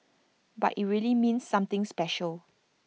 but IT really means something special